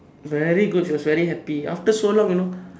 very good she was very happy after so long you know